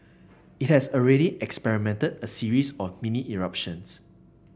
it has already a series of mini eruptions